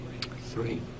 Three